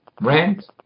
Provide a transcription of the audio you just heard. rent